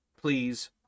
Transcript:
please